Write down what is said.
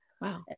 Wow